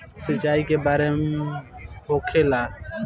सिंचाई के बार होखेला?